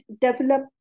develop